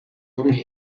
numwe